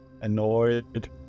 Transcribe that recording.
annoyed